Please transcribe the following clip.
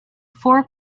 four